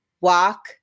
walk